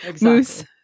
Moose